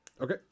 Okay